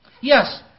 Yes